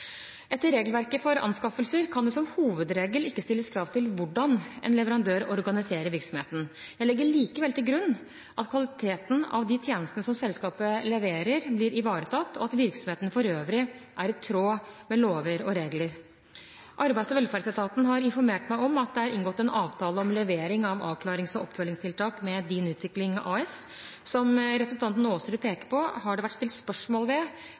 Etter regelverket for anskaffelser kan det som hovedregel ikke stilles krav til hvordan en leverandør organiserer virksomheten. Jeg legger likevel til grunn at kvaliteten på de tjenestene som selskapet leverer, blir ivaretatt, og at virksomheten for øvrig er i tråd med lover og regler. Arbeids- og velferdsetaten har informert meg om at det er inngått en avtale om levering av avklarings- og oppfølgingstiltak med Din Utvikling AS. Som representanten Aasrud peker på, har det vært stilt spørsmål ved